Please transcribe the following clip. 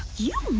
yah